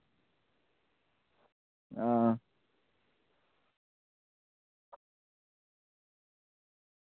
हां